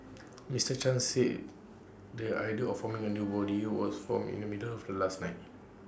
Mister chan said the idea of forming A new body was formed in the middle of last night